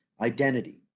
identity